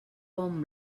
bon